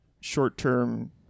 short-term